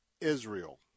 Israel